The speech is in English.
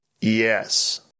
Yes